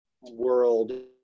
world